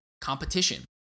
competition